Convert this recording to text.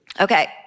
Okay